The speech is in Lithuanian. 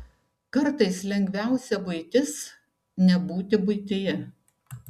kartais lengviausia buitis nebūti buityje